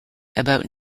about